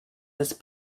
this